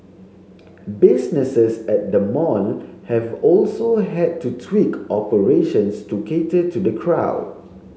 businesses at the mall have also had to tweak operations to cater to the crowd